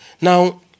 Now